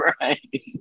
right